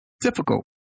difficult